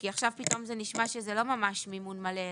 כי עכשיו פתאום זה נשמע מימון מלא,